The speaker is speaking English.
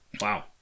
Wow